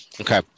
Okay